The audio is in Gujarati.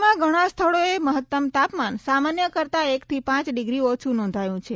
રાજ્યમાં ઘણાં સ્થળોએ મહત્તમ તાપમાન સામાન્ય કરતાં એકથી પાંચ ડિગ્રી ઓછૂં નોંધાયું છે